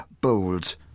bold